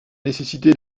nécessité